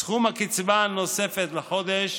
סכום הקצבה הנוספת לחודש